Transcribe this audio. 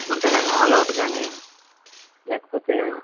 ఉంటాయి కదండి ఆలౌట్ కాని లేకపోతే